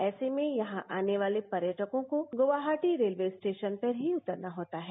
ऐसे में यहां औने वाले पर्यटकों को गुवाहाटी रेलवे स्टेशन पर ही उतरना होता है